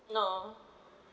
no